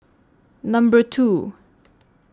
Number two